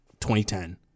2010